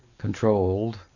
controlled